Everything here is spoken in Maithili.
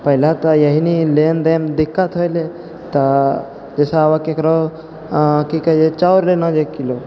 पहिले तऽ यहि ने लेन देनमे दिक्कत होइ रहै तऽ जइसे आबऽ ककरो कि कहै छै चाउर लेना छै एक किलो